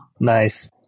Nice